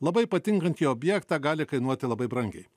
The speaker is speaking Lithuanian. labai patinkantį objektą gali kainuoti labai brangiai